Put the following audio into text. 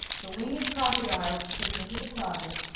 the winged crocodile was kicked into the closet,